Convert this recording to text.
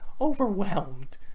overwhelmed